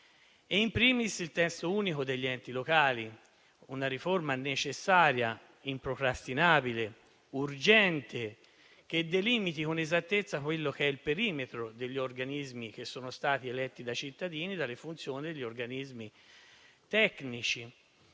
*In primis*, il testo unico degli enti locali, una riforma necessaria, improcrastinabile e urgente, che delimiti con esattezza il perimetro degli organismi che sono stati eletti dai cittadini e delle funzioni degli organismi tecnici.